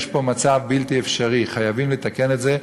יש פה מצב בלתי אפשרי, חייבים לתקן את זה.